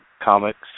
comics